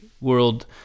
world